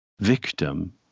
victim